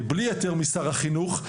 בלי היתר משר החינוך,